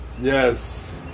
Yes